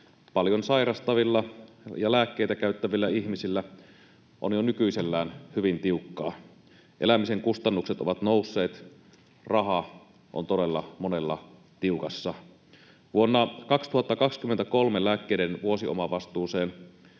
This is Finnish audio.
paljon sairastavilla ja lääkkeitä käyttävillä ihmisillä on jo nykyisellään hyvin tiukkaa. Elämisen kustannukset ovat nousseet. Raha on todella monella tiukassa. Vuonna 2023 lääkkeiden vuosiomavastuuseen